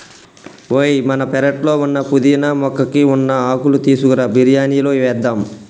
ఓయ్ మన పెరట్లో ఉన్న పుదీనా మొక్కకి ఉన్న ఆకులు తీసుకురా బిరియానిలో వేద్దాం